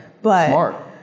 smart